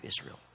Israel